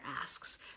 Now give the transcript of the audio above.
asks